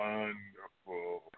Wonderful